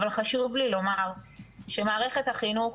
אבל חשוב לי לומר שמערכת החינוך,